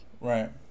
Right